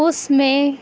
اس میں